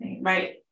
right